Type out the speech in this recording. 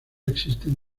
existen